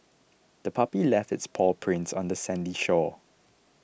the puppy left its paw prints on the sandy shore